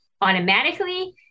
automatically